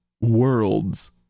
worlds